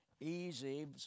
easy